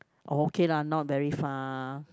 okay lah not very far